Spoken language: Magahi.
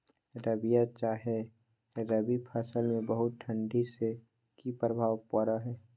रबिया चाहे रवि फसल में बहुत ठंडी से की प्रभाव पड़ो है?